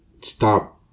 stop